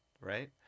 right